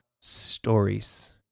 stories